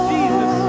Jesus